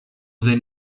δεν